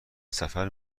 سفر